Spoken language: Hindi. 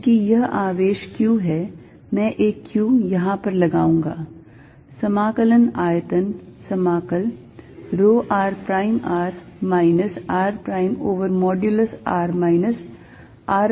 क्योंकि यह आवेश q है मैं एक q यहां पर लगाऊंगा समाकलन आयतन समाकल rho r prime r minus r prime over modulus r minus r prime cubed